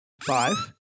Five